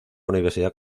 universidad